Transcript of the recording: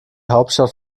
hauptstadt